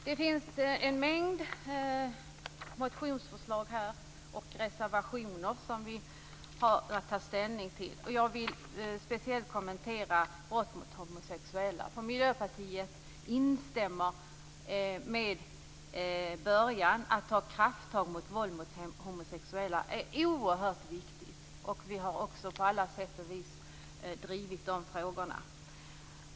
Det finns en mängd motionsförslag och reservationer som vi har att ställning till. Jag vill speciellt kommentera brott mot homosexuella. Miljöpartiet instämmer med det som står i början. Att ta krafttag mot våld mot homosexuella är oerhört viktigt. Vi har också på alla sätt och vis drivit de frågorna.